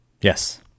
Yes